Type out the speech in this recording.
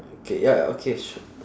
okay ya okay sh~